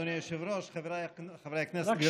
אדוני היושב-ראש, חבריי חברי הכנסת, גברתי השרה.